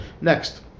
next